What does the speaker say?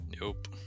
Nope